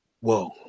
Whoa